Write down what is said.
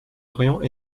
aurions